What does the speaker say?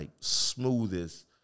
smoothest